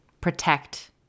protect